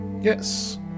Yes